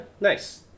Nice